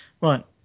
right